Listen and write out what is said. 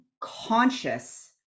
conscious